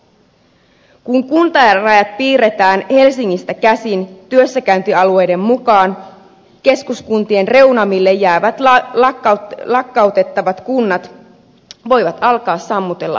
kun kuntarajat piirretään helsingistä käsin työssäkäyntialueiden mukaan keskuskuntien reunamille jäävät lakkautettavat kunnat voivat alkaa sammutella valojaan